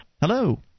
Hello